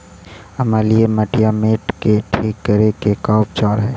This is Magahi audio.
अमलिय मटियामेट के ठिक करे के का उपचार है?